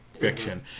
fiction